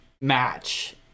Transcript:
match